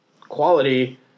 quality